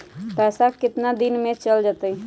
पैसा कितना दिन में चल जतई?